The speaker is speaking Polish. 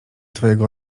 twojego